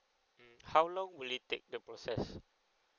mm how long will it take the process